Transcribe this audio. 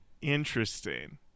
interesting